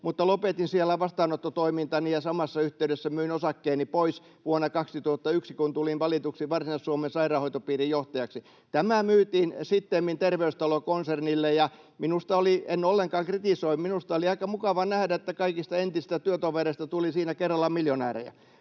siellä vastaanottotoimintani ja samassa yhteydessä myin osakkeeni pois vuonna 2001, kun tulin valituksi Varsinais-Suomen sairaanhoitopiirin johtajaksi. Lääkärikeskus myytiin sittemmin Terveystalo-konsernille, ja en ollenkaan kritisoi: minusta oli aika mukava nähdä, että kaikista entisistä työtovereista tuli siinä kerralla miljonäärejä.